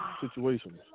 situations